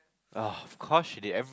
of course she did everyone